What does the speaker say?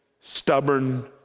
stubborn